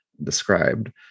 Described